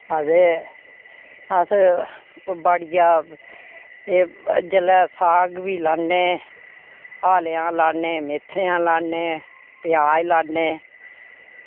ते अतें अस बाड़िया जेल्लै साग बी लान्ने हालेआं लाने मेथेंआं लान्ने प्याज लान्ने